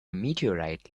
meteorite